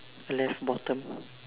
left bottom